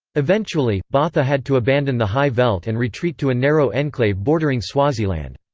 eventually, botha had to abandon the high veld and retreat to a narrow enclave bordering swaziland.